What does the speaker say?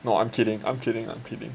no I'm kidding I'm kidding I'm kidding